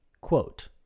Quote